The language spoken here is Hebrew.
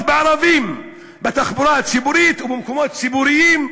בערבים בתחבורה הציבורית ובמקומות ציבוריים.